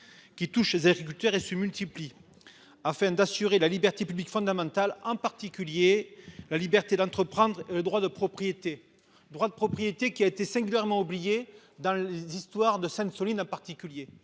Qui touchent les agriculteurs et se multiplient. Afin d'assurer la liberté publique fondamentale, en particulier la liberté d'entreprendre. Droits de propriété. Droits de propriété qui a été singulièrement oublié dans l'histoire de Sainte-, Soline à particulier.